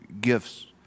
gifts